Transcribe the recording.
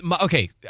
Okay